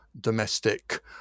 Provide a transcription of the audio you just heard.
domestic